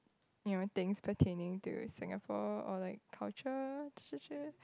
you know things pertaining to Singapore or like culture <UNK